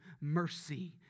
mercy